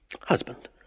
Husband